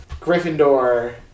Gryffindor